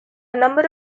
number